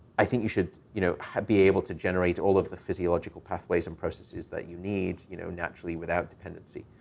i think you should, you know, be able to generate all of the physiological pathways and processes that you need, you know, naturally without dependency.